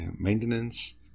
maintenance